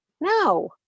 no